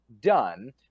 done